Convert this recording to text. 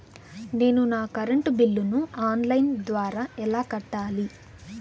నేను నా కరెంటు బిల్లును ఆన్ లైను ద్వారా ఎలా కట్టాలి?